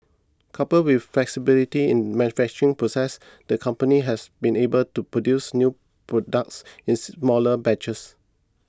coupled with flexibility in manufacturing process the company has been able to produce new products in smaller batches